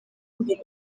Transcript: imbere